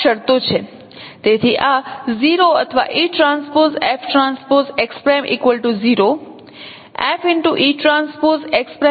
તેથી આ 0 અથવા eTFTx'0 FeTx'0 ની બરાબર હોવું જોઈએ